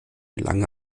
lange